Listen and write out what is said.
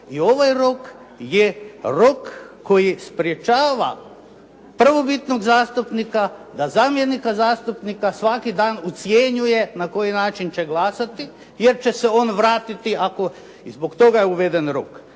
i ovaj rok je rok koji sprječava prvobitnog zamjenika da zamjenika zastupnika svaki dan ucjenjuje na koji način će glasati jer će se on vratiti i zbog toga je uveden rok.